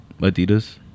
adidas